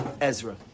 Ezra